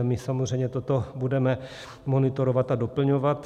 My samozřejmě toto budeme monitorovat a doplňovat.